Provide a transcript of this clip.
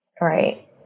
right